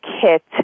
kit